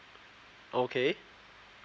okay